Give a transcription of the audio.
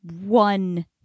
one